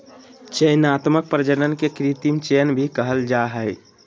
चयनात्मक प्रजनन के कृत्रिम चयन भी कहल जा हइ